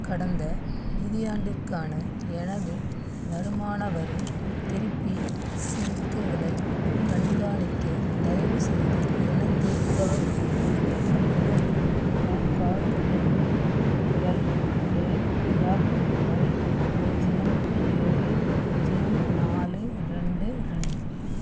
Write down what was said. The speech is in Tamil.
கடந்த நிதியாண்டிற்கான எனது வருமான வரி திருப்பி செலுத்துதலைக் கண்காணிக்க தயவுசெய்து எனக்கு உதவ முடியுமா எனது பேன் கார்டு எண் எல்கேஃஎப்ஒய் பூஜ்ஜியம் ஏழு பூஜ்ஜியம் நாலு ரெண்டு ரெண்டு